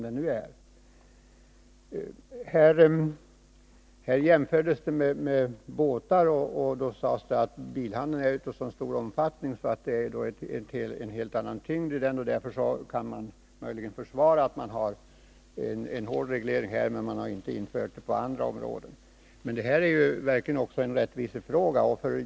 Här gjordes jämförelser med köp av båtar, och det sades att bilhandeln är av så stor omfattning att den har en helt annan tyngd, varför man möjligen kunde försvara en hård reglering där men inte på andra områden. Men det är ju också en rättvisefråga.